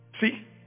See